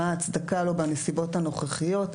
מה ההצדקה לו בנסיבות הנוכחיות,